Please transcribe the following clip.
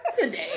today